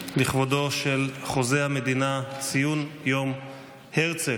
לכבודו של חוזה המדינה, ציון יום הרצל.